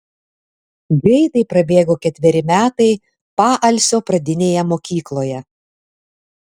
greitai prabėgo ketveri metai paalsio pradinėje mokykloje